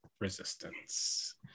resistance